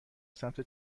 سمت